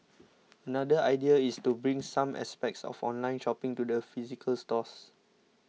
another idea is to bring some aspects of online shopping to the physical stores